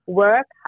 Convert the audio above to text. work